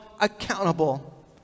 accountable